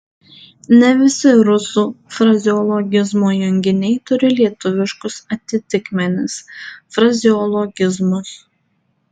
ne visi rusų frazeologizmo junginiai turi lietuviškus atitikmenis frazeologizmus